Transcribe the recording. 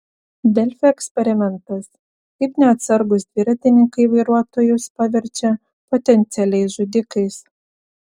delfi eksperimentas kaip neatsargūs dviratininkai vairuotojus paverčia potencialiais žudikais